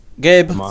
Gabe